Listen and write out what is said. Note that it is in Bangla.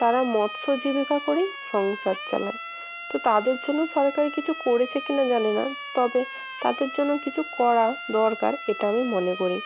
তারা মৎস্য জীবিকা করেই সংসার চালায় তো তাদের জন্য সরকার কিছু করেছে কি না জানি না তবে তাদের জন্য কিছু করা দরকার এটা আমি মনে করি